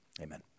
Amen